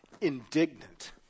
indignant